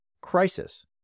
crisis